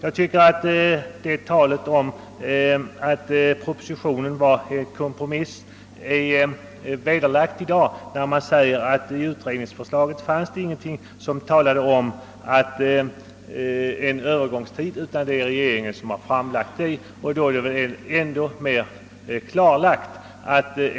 Jag tycker att talet om att propositionen var en kompromiss har vederlagts i dag eftersom det står klart att det i utredningsförslaget inte fanns med någonting om någon övergångstid; det är regeringen som har framlagt det förslaget.